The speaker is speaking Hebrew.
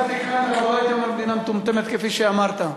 המדינה מטומטמת כפי שאמרת.